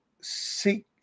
seek